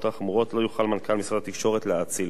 החמורות לא יוכל מנכ"ל משרד התקשורת להאציל.